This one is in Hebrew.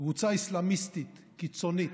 קבוצה אסלאמיסטית קיצונית,